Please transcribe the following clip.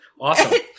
Awesome